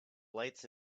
lights